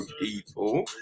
people